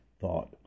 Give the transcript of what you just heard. thought